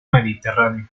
mediterránea